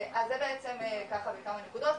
אז זה בעצם ככה בכמה נקודות,